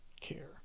care